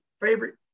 favorite